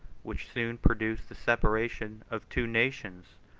which soon produced the separation of two nations,